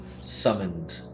Summoned